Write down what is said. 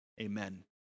amen